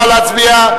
נא להצביע.